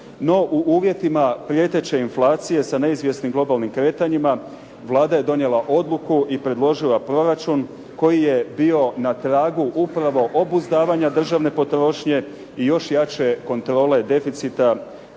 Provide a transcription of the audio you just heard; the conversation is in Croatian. No, u uvjetima prijeteće inflacije sa neizvjesnim globalnim kretanjima Vlada je donijela odluku i predložila proračun koji je bio na tragu upravo obuzdavanja državne potrošnje i još jače kontrole deficita